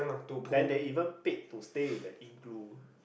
then they even paid to stay in the igloo